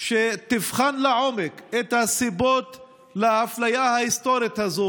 שתבחן לעומק את הסיבות לאפליה ההיסטורית הזאת